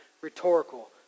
rhetorical